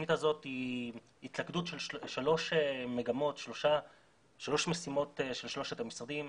התוכנית הזאת היא התלכדות של שלוש משימות של שלושת המשרדים,